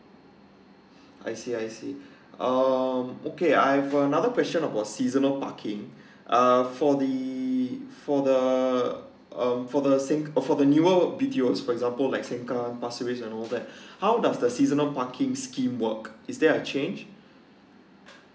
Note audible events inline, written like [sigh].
[breath] I see I see um okay I've another question about seasonal parking [breath] uh for the for the uh for the seng~ for the new B_T_O for example like sengkang pasir ris and all that [breath] how does the seasonal parking scheme work is there a change [breath]